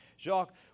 Jacques